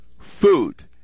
food